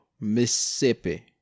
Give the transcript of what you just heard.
Mississippi